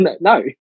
no